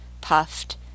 puffed